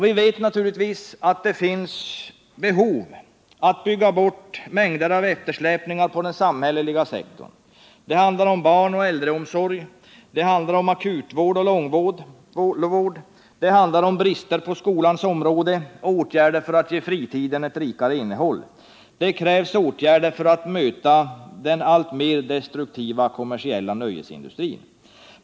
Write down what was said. Vi vet naturligtvis att det finns behov av att bygga bort mängder av eftersläpningar på den samhälleliga sektorn. Det handlar om barnoch äldreomsorg, akutvård och långvård, det handlar om brister på skolans område och åtgärder för att ge fritiden ett rikare innehåll. Det krävs åtgärder för att möta den alltmer destruktiva kommersiella nöjesindustrin.